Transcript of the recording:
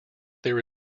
there